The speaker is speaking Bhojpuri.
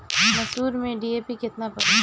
मसूर में डी.ए.पी केतना पड़ी?